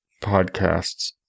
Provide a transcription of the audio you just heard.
podcasts